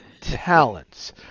talents